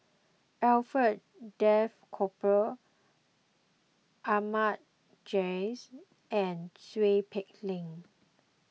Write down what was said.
Alfred Duff Cooper Ahmad Jais and Seow Peck Leng